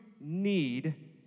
need